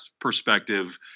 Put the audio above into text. perspective